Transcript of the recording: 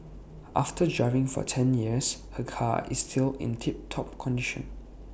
after driving for ten years her car is still in tip top condition